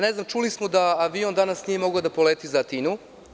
Ne znam, čuli smo da avion danas nije mogao da poleti za Atinu.